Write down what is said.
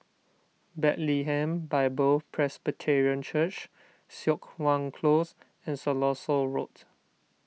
Bethlehem Bible Presbyterian Church Siok Wan Close and Siloso Road